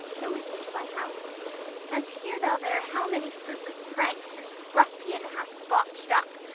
go with me to my house and hear thou there how many fruitless pranks this ruffian hath botch'd up,